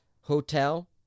hotel